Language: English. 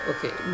Okay